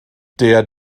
der